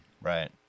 right